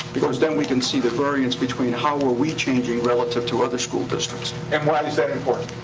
because then we can see the variance between how are we changing relative to other school districts? and why is that important?